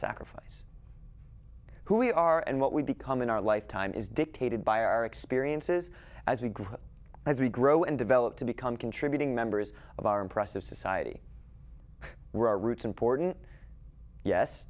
sacrifice who we are and what we become in our lifetime is dictated by our experiences as we grow up as we grow and develop to become contributing members of our impressive society were our roots important yes